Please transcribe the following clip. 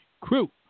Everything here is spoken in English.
crew